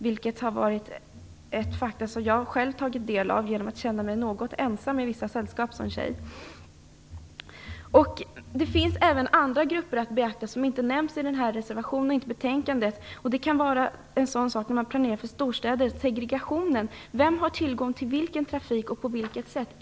Det är ett faktum som jag själv har upplevt genom att känna mig något ensam som tjej i vissa sällskap. Det finns även andra grupper att beakta som inte nämns i reservationen eller i betänkandet. När man planerar för storstäder bör man tänka på segregationen. Vem har tillgång till vilken trafik och på vilket sätt?